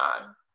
on